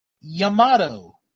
Yamato